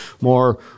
more